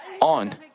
on